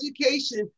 education